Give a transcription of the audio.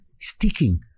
sticking